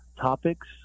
topics